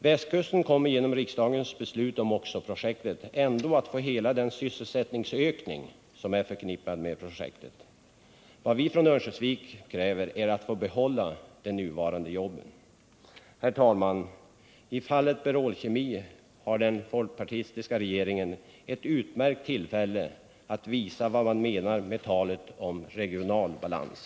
Västkusten kommer genom riksdagens beslut om oxo-projektet ändå att få hela den sysselsättningsökning som är förknippad med projektet. Vad vi från Örnsköldsvik kräver är att få behålla de nuvarande jobben. Herr talman! I fallet Berol Kemi har den folkpartistiska regeringen ett utmärkt tillfälle att visa vad den menar med talet om regional balans.